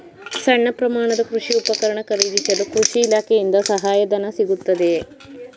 ಸಣ್ಣ ಪ್ರಮಾಣದ ಕೃಷಿ ಉಪಕರಣ ಖರೀದಿಸಲು ಕೃಷಿ ಇಲಾಖೆಯಿಂದ ಸಹಾಯಧನ ಸಿಗುತ್ತದೆಯೇ?